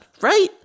right